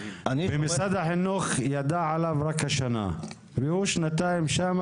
משרד החינוך ידע עליו רק השנה והוא שנתיים שם,